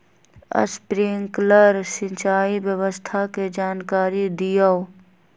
Sprinkler सिंचाई व्यवस्था के जाकारी दिऔ?